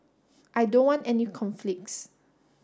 I don't want any conflicts